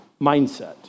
mindset